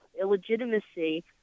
illegitimacy